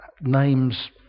names